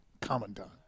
commandant